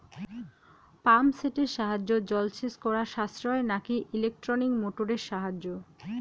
Pump সেটের সাহায্যে জলসেচ করা সাশ্রয় নাকি ইলেকট্রনিক মোটরের সাহায্যে?